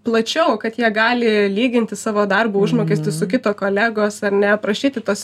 plačiau kad jie gali lyginti savo darbo užmokestį su kito kolegos ar ne prašyti tos